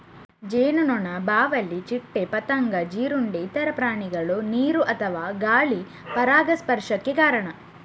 ಜೇನುನೊಣ, ಬಾವಲಿ, ಚಿಟ್ಟೆ, ಪತಂಗ, ಜೀರುಂಡೆ, ಇತರ ಪ್ರಾಣಿಗಳು ನೀರು ಅಥವಾ ಗಾಳಿ ಪರಾಗಸ್ಪರ್ಶಕ್ಕೆ ಕಾರಣ